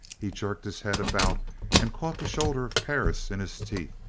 he jerked his head about and caught the shoulder of perris in his teeth.